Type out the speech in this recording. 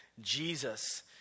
Jesus